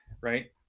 right